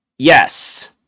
Yes